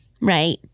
right